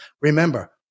Remember